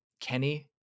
kenny